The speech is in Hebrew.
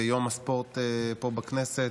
יום הספורט פה בכנסת.